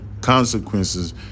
consequences